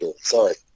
Sorry